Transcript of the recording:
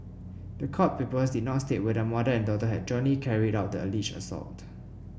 the court papers did not state whether mother and daughter had jointly carried out the alleged assault